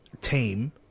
team